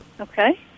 Okay